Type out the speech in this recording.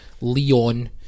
Leon